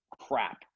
crap